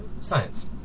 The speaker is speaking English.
science